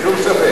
שום ספק.